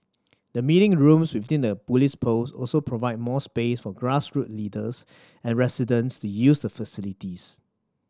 the meeting rooms within the police post also provide more space for grassroots leaders and residents to use the facilities